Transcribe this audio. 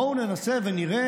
בואו ננסה ונראה,